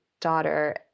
daughter